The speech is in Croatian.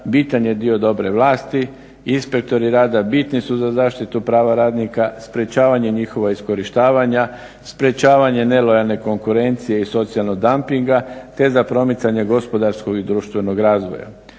bitan je dio dobre vlasti. Inspektori rada bitni su za zaštitu prava radnika, sprečavanje njihova iskorištavanja, sprečavanje nelojalne konkurencije i socijalnog dampinga te za promicanje gospodarskog i društvenog razvoja.